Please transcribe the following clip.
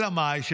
אלא מאי?